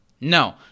No